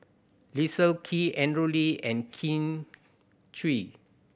Leslie Kee Andrew Lee and Kin Chui